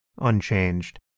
unchanged